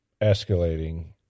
escalating